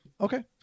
Okay